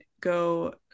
go